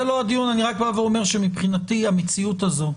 זה לא הדיון אני רק בא ואומר שמבחינתי המציאות הזו,